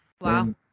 Wow